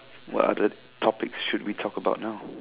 what other topic should we talk about now